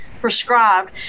prescribed